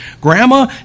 Grandma